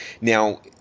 now